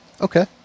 Okay